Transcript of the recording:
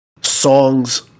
songs